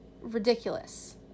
ridiculous